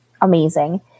amazing